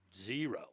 zero